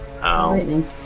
Lightning